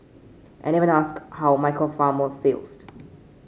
and even asked how Michael Palmer feels